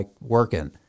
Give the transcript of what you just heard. working